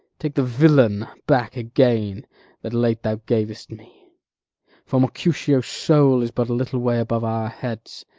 take the villain back again that late thou gavest me for mercutio's soul is but a little way above our heads,